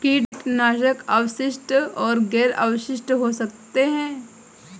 कीटनाशक अवशिष्ट और गैर अवशिष्ट हो सकते हैं